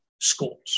schools